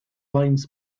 lines